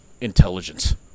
intelligence